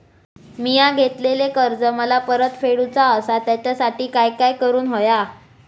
मिया घेतलेले कर्ज मला परत फेडूचा असा त्यासाठी काय काय करून होया?